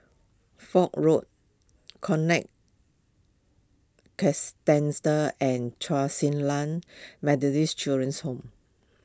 Foch Road Conrad and Chen Su Lan Methodist Children's Home